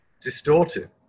distorted